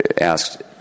asked